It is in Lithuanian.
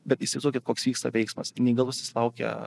bet įsivaizduokit koks vyksta veiksmas neįgalusis laukia